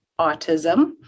autism